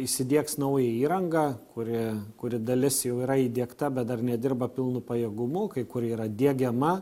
įsidiegs naują įrangą kuri kuri dalis jau yra įdiegta bet dar nedirba pilnu pajėgumu kai kur yra diegiama